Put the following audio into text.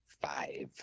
five